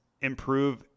improve